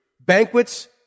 Banquets